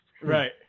Right